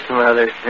mother